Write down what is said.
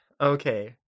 Okay